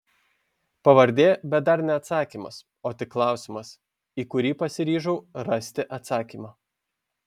pavardė bet dar ne atsakymas o tik klausimas į kurį pasiryžau rasti atsakymą